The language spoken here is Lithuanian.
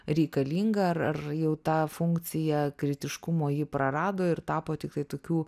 reikalinga ar ar jau tą funkciją kritiškumo ji prarado ir tapo tiktai tokių